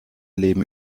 leben